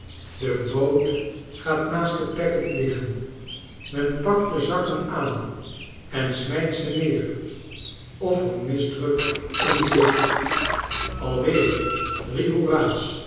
de boot gaat naast de packet liggen men pakt de zakken aan en smijt ze neer of er misdruk in zit